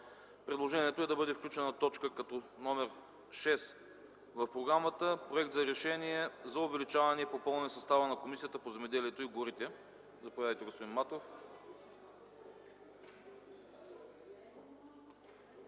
Предложението е да бъде включена точка като № 6 в седмичната програма – Проект за решение за увеличаване и попълване състава на Комисията по земеделието и горите. Заповядайте, господин Матов.